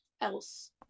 else